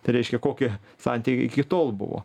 tai reiškia kokie santykiai iki tol buvo